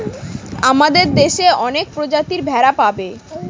আমাদের দেশে অনেক প্রজাতির ভেড়া পাবে